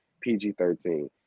PG-13